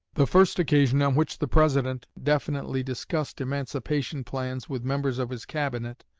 the first occasion on which the president definitely discussed emancipation plans with members of his cabinet,